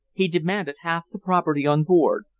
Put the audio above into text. he demanded half the property on board,